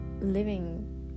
living